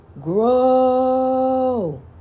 Grow